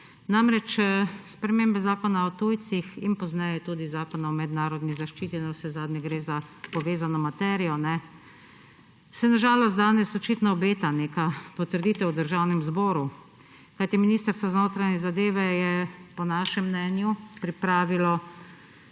Namreč, spremembam Zakona o tujcih in pozneje tudi Zakona o mednarodni zaščiti, navsezadnje gre za povezano materijo, se na žalost danes očitno obeta neka potrditev v Državnem zboru, kajti Ministrstvo za notranje zadeve je po našem mnenju pripravilo